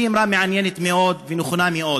שהיא אמירה מעניינת מאוד ונכונה מאוד,